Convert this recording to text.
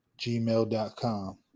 gmail.com